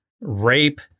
rape